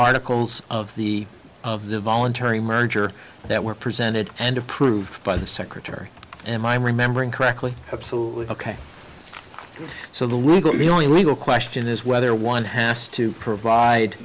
articles of the of the voluntary merger that were presented and approved by the secretary am i'm remembering correctly absolutely ok so the legal the only legal question is whether one has to provide